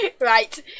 right